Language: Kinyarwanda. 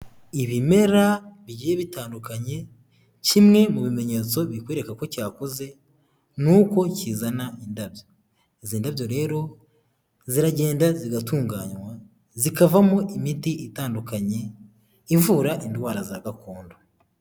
Ibimera bigiye bitandukanye, kimwe mu bimenyetso bikwereka ko cyakuze nuko kizana indabyo. Izi ndabyo rero, ziragenda zigatunganywa zikavamo imiti itandukanye ivura indwara za gakondo.